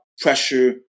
pressure